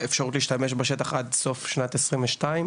אפשרות להשתמש בשטח עד סוף שנת 2022,